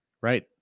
Right